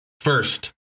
First